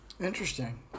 Interesting